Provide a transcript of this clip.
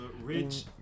rich